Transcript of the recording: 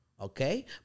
Okay